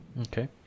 Okay